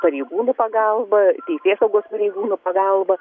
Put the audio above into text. pareigūnų pagalba teisėsaugos pareigūnų pagalba